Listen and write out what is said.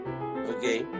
okay